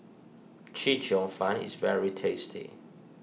Chee Cheong Fun is very tasty